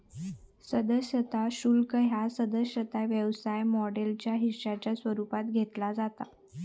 सदस्यता शुल्क ह्या सदस्यता व्यवसाय मॉडेलच्या हिश्शाच्या स्वरूपात घेतला जाता